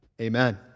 Amen